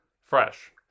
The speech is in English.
fresh